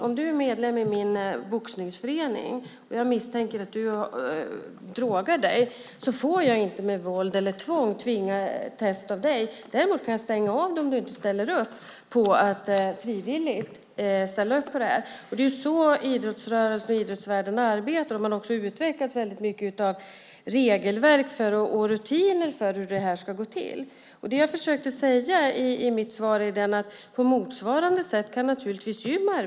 Om du är medlem i min boxningsförening och jag misstänker att du drogar dig får jag inte med våld tvinga dig till ett test. Däremot kan jag stänga av dig om du inte frivilligt ställer upp på det här. Det är ju så idrottsrörelsen och idrottsvärlden arbetar. Man har också utvecklat väldigt mycket av regelverk och rutiner för hur det här ska gå till. Det jag försökte säga i mitt svar var att gym naturligtvis kan arbeta på motsvarande sätt.